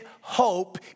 hope